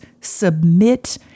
submit